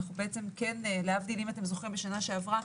אם אתם זוכרים בשנה שעברה,